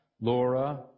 Laura